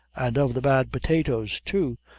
and of the bad potatoes, too,